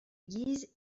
guise